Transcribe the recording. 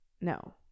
No